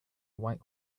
white